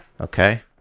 Okay